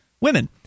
women